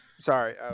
Sorry